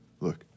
look